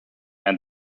and